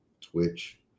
Twitch